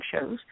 shows